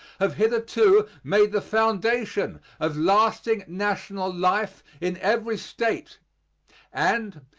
have hitherto made the foundation of lasting national life in every state and,